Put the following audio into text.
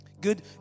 good